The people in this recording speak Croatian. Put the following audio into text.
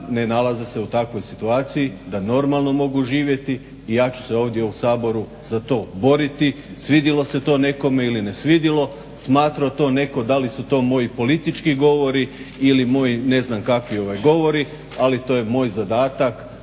ne nalaze se u takvoj situaciji da normalno mogu živjeti i ja ću se ovdje u Saboru za to boriti svidjelo se to nekome ili ne svidjelo, smatrao to netko da li su to moji politički govori ili moji ne znam kakvi govori ali to je moj zadatak